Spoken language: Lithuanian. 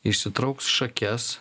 išsitrauks šakes